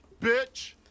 Bitch